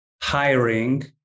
hiring